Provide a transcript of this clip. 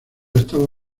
estaba